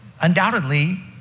undoubtedly